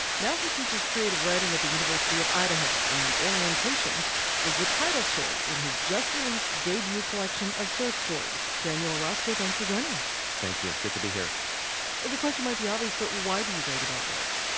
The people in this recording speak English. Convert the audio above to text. now he teaches creative writing at the university of idaho. and orientation is the title story in his just released debut collection of short stories. daniel orozco, thanks for joining us thank you. good to be here the question might be obvious, but why do you write about work?